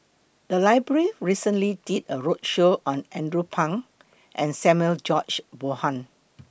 The Library recently did A roadshow on Andrew Phang and Samuel George Bonham